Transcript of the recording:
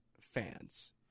fans